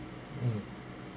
mm